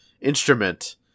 instrument